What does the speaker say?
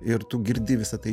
ir tu girdi visa tai